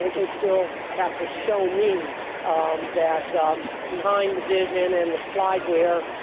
they still have to show me um that um behind the vision and the slideware,